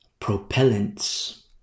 propellants